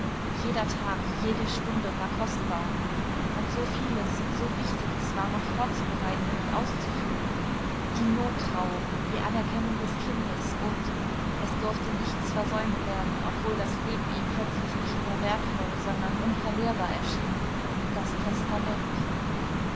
jeder tag jede stunde war kostbar und so vieles so wichtiges war noch vorzubereiten und auszuführen die nottrauung die anerkennung des kindes und es durfte nichts versäumt werden obwohl das leben ihm plötzlich nicht nur wertvoll sondern unverlierbar erschien das testament